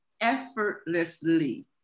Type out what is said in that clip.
effortlessly